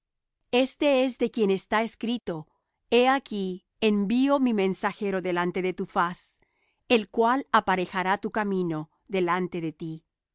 este es de quien está escrito he aquí envío mi mensajero delante de tu faz el cual aparejará tu camino delante de ti